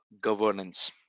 governance